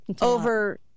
over